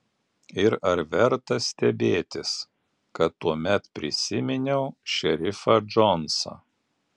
ir ar verta stebėtis kad tuomet prisiminiau šerifą džonsą